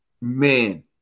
man